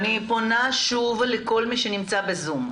אני פונה שוב לכל מי שנמצא בזום.